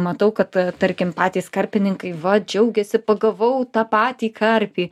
matau kad tarkim patys karpininkai va džiaugiasi pagavau tą patį karpį